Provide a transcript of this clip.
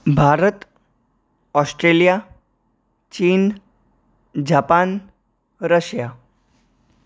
Bharat Australia ચીન Japan Russia